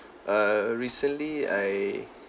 err recently I